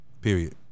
Period